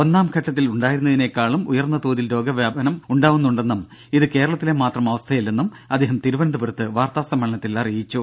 ഒന്നാംഘട്ടത്തിൽ ഉണ്ടായിരുന്നതിനേക്കാളും ഉയർന്ന തോതിൽ രോഗവ്യാപനം ഉണ്ടാവുന്നുണ്ടെന്നും ഇത് കേരളത്തിലെ മാത്രം അവസ്ഥയല്ലെന്നും അദ്ദേഹം തിരുവനന്തപുരത്ത് വാർത്താ സമ്മേളനത്തിൽ അറിയിച്ചു